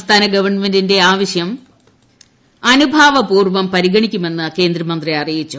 സംസ്ഥാന ഗവണ്മെന്റിന്റെ ആവശ്യം അനുഭാവപൂർവം പരിഗണിക്കുമെന്ന് കേന്ദ്രമന്ത്രി അറിയിച്ചു